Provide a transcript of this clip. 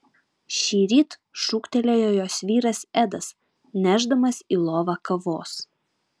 šįryt šūktelėjo jos vyras edas nešdamas į lovą kavos